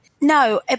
no